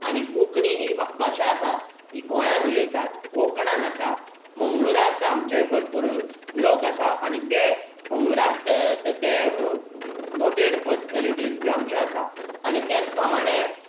आनी कोंकणी ही भाशा आसा ती गोंयांत उलयतात कोंकणांत आसा मंगळूराक आमचे भरपूर लोक आसात आनी ते मंगळूराक ते नोटेड पर्सनॅलिटीज बी आमचे आसा आनी तेच प्रमाणे